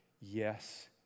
Yes